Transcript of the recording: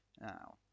Now